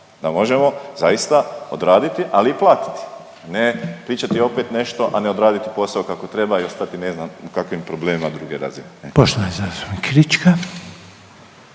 Da možemo zaista odraditi, ali i platiti. Ne pričati opet nešto, a ne odraditi posao kako treba i ostati u ne znam u kakvim problemima druge razine. **Reiner, Željko